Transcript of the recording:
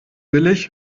billig